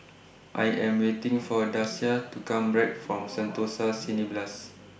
I Am waiting For Dasia to Come Back from Sentosa Cineblast